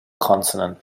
consonant